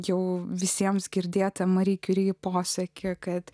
jau visiems girdėtą mari kiuri posakį kad